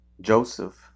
Joseph